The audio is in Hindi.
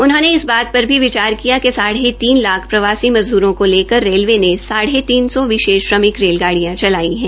उन्होंने इस बात पर भी विचार किया कि साढ़े तीन लाख प्रवासी मज़दरों का लकर रेलवे ने साढ़े तीन लाख विशेष श्रमिक रेलगाडियां चलाई है